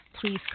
please